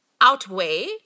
outweigh